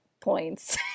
points